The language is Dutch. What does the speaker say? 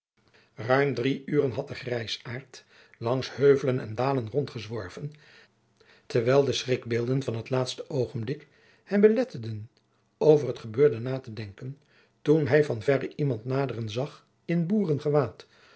drie uren had de grijzaart langs heuvelen en dalen rondgezworven terwijl de schrikbeelden van het laatste oogenblik hem beletteden over het gebeurde na te denken toen hij van verre iemand naderen zag in